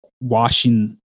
washing